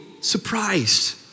surprised